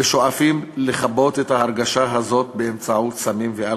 ושואפים לכבות את ההרגשה הזאת באמצעות סמים ואלכוהול.